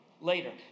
later